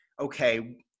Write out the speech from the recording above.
Okay